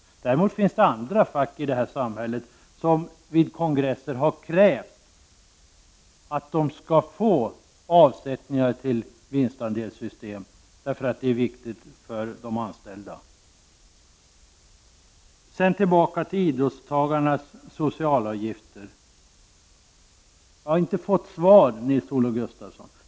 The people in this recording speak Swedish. Men det finns andra fack i det här samhället som vid sina kongresser har krävt att de skall få avsättningar till vinstandelssystem därför att det är viktigt för de anställda. Sedan till idrottsutövarnas socialavgifter. Jag har inte fått något svar av Nils-Olof Gustafsson.